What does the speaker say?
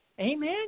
Amen